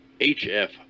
HF